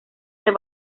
del